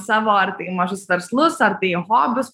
savo ar tai mažus verslus ar tai hobius